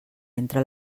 entre